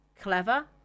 clever